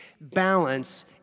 balance